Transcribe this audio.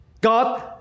God